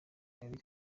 wari